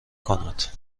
کند